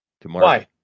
tomorrow